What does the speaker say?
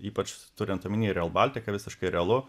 ypač turint omenyje ryl baltika visiškai realu